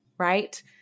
right